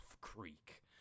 Creek